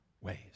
ways